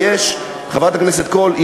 חברת הכנסת קול,